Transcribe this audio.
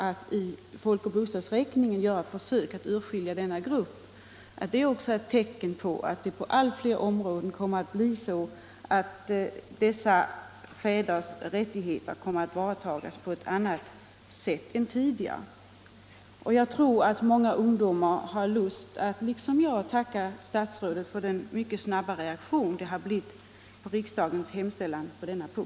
Mot bakgrund av det anförda ber jag att få ställa följande fråga till herr statsrådet Lidbom: Strider det mot gällande lag, att en efterlevande fader till utomäktenskapligt barn, som fram till moderns död sammanlevt med henne och som i och för sig är lämplig som vårdnadshavare, kan få sin företrädesrätt ifrågasatt genom att en tredje person begär att få vårdnaden?